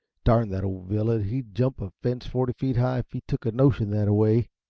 darn that old villain, he'd jump a fence forty feet high if he took a notion that way.